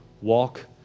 walk